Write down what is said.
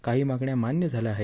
काही मागण्या मान्य झाल्या आहेत